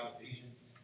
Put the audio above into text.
Ephesians